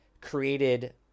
created